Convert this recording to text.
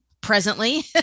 presently